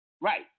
Right